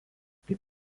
taip